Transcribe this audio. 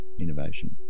innovation